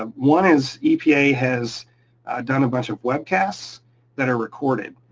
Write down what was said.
um one is epa has done a bunch of webcasts that are recorded,